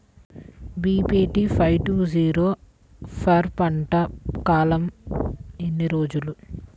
BPT five two zero four పంట కాలంలో ఎన్ని రోజులు?